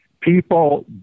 People